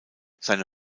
seine